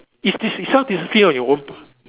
it's it's it's self discipline on your own